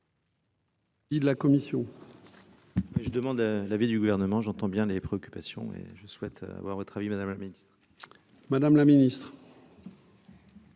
Il la commission. Je demande l'avis du gouvernement, j'entends bien les préoccupations et je souhaite avoir travaillé, Madame la Ministre. Madame la Ministre.